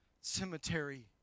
cemetery